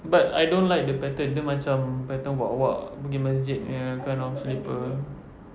but I don't like the pattern dia macam pattern wak wak pergi masjid punya kind of slipper